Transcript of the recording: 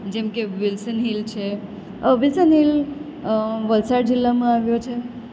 જેમ કે Wilson Hill છે વિલ્સન હિલ વલસાડ જિલ્લામાં આવ્યો છે અને